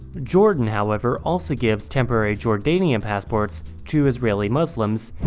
jordan however also gives temporary jordanian passports to israeli muslims,